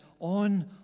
on